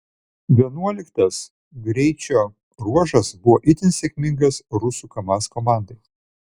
vienuoliktasis greičio ruožas buvo itin sėkmingas rusų kamaz komandai